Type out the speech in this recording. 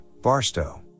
barstow